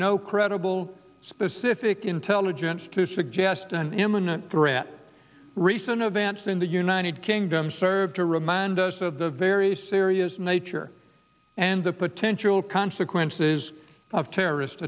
no credible specific intelligence to suggest an imminent threat recent events in the united kingdom serve to remind us of the very serious nature and the potential consequences of terrorist